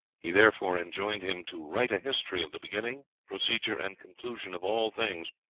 he therefore enjoined him to write a history of the beginning, procedure, and conclusion of all things,